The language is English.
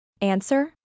Answer